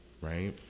right